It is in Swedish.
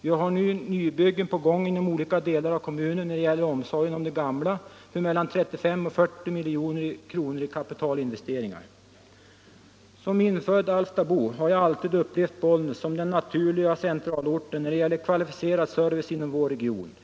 Vi har nybyggen på gång inom olika delar av kommunen för mellan 35 och 40 milj.kr. i kapitalinvesteringar när det gäller omsorgen om de gamla. Som infödd alftabo har jag alltid upplevt Bollnäs som den naturliga centralorten när det gällt kvalificerad service inom vår region.